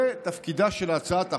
זה תפקידה של הצעת החוק,